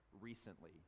recently